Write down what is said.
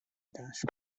dash